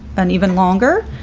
and even longer,